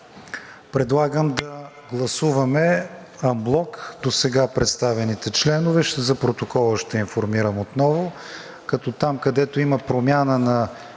предлагам да гласуваме анблок досега представените членове. За протокола ще информирам отново,